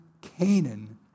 Canaan